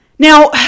Now